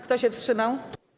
Kto się wstrzymał?